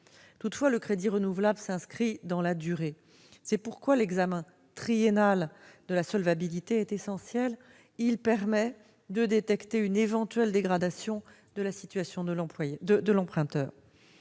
particuliers. Le crédit renouvelable s'inscrivant dans la durée, l'examen triennal de la solvabilité est essentiel : il permet de détecter une éventuelle dégradation de la situation de l'emprunteur.